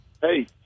Hey